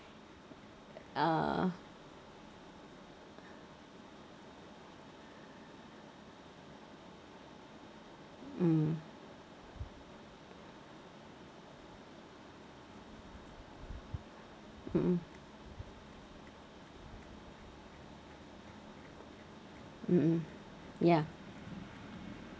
uh mm mmhmm mmhmm ya